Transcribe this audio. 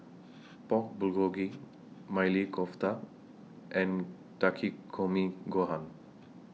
Pork Bulgogi Maili Kofta and Takikomi Gohan